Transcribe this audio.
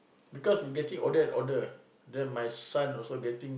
because we getting older and older then my son also getting